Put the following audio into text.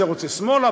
זה רוצה שמאלה,